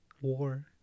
war